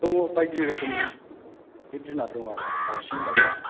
दङ बायदि रोखोमनि जिब जुनार दं आरो दावसिन दावला